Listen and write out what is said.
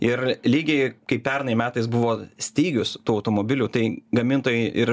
ir lygiai kaip pernai metais buvo stygius tų automobilių tai gamintojai ir